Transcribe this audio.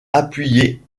appuyé